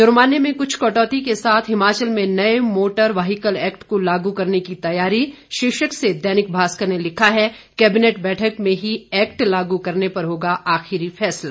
जुर्माने में कुछ कटौती के साथ हिमाचल में नए मोटर व्हीकल एक्ट को लागू करने की तैयारी शीर्षक से दैनिक भास्कर ने लिखा है कैबिनेट बैठक में ही एक्ट लागू करने पर होगा आखिरी फैसला